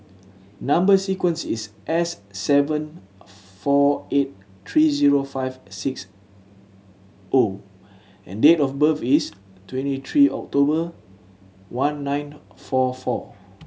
number sequence is S seven four eight three zero five six O and date of birth is twenty three October nineteen four four